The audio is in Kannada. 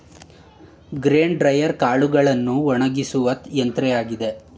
ಗ್ರೇನ್ ಡ್ರೈಯರ್ ಕಾಳುಗಳನ್ನು ಒಣಗಿಸುವ ಯಂತ್ರವಾಗಿದೆ